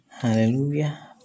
Hallelujah